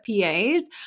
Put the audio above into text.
PAs